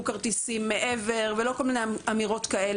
כרטיסים מעבר ולא כל מיני אמירות כאלה.